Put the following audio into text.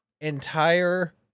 entire